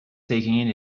taking